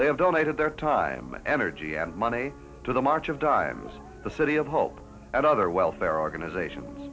they have donated their time energy and money to the march of dimes the city of hope and other welfare organizations